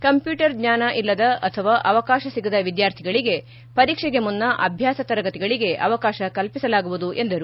computer ಜ್ಞಾನ ಇಲ್ಲದ ಅಥವಾ ಅವಕಾಶ ಸಿಗದ ವಿದ್ಯಾರ್ಥಿಗಳಿಗೆ ಪರೀಕ್ಷೆಗೆ ಮುನ್ನ ಅಭ್ಯಾಸ ತರಗತಿಗಳಿಗೆ ಅವಕಾಶ ಕಲ್ಪಿಸಲಾಗುವುದು ಎಂದರು